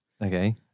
Okay